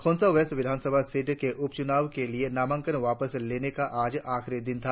Khonsa west विधानसभा seat के उपचूनाव के लिए नामांकन वापस लेने का आज आखिरी दिन था